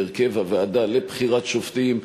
בהרכב הוועדה לבחירת שופטים,